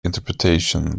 interpretation